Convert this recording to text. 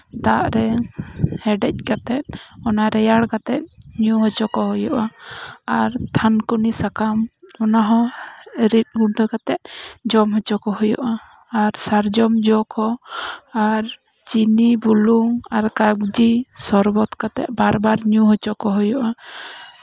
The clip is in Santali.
ᱫᱟᱜ ᱨᱮ ᱦᱮᱰᱮᱡ ᱠᱟᱛᱮᱫ ᱚᱱᱟ ᱨᱮᱭᱟᱲ ᱠᱟᱛᱮᱫ ᱧᱩ ᱦᱚᱪᱚ ᱠᱚ ᱦᱩᱭᱩᱜᱼᱟ ᱟᱨ ᱛᱷᱟᱱᱠᱩᱱᱤ ᱥᱟᱠᱟᱢ ᱚᱱᱟ ᱦᱚᱸ ᱨᱤᱫ ᱜᱩᱸᱰᱟᱹ ᱠᱟᱛᱮ ᱡᱚᱢ ᱦᱚᱪᱚ ᱠᱚ ᱦᱩᱭᱩᱜᱼᱟ ᱟᱨ ᱥᱟᱨᱡᱚᱢ ᱡᱚ ᱠᱚ ᱟᱨ ᱪᱤᱱᱤ ᱵᱩᱞᱩᱝ ᱟᱨ ᱠᱟᱜᱽᱡᱤ ᱥᱚᱨᱵᱚᱛ ᱠᱟᱛᱮ ᱵᱟᱨᱼᱵᱟᱨ ᱧᱩ ᱦᱚᱪᱚ ᱠᱚ ᱦᱩᱭᱩᱜᱼᱟ